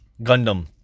Gundam